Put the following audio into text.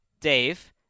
Dave